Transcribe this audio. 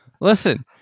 listen